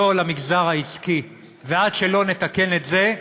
לא למגזר העסקי, ועד שלא נתקן את זה,